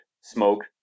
smoke